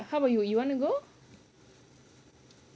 how about you you want to go